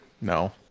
No